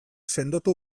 sendotu